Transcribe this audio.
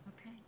Okay